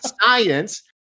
science